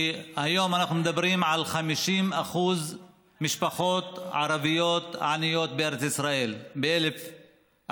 היום אנחנו מדברים על 50% משפחות ערביות עניות בארץ ישראל ב-2018.